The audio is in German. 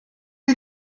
sie